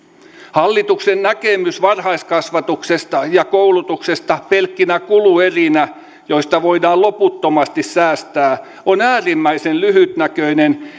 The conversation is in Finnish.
hallituksen näkemys varhaiskasvatuksesta ja koulutuksesta pelkkinä kuluerinä joista voidaan loputtomasti säästää on äärimmäisen lyhytnäköinen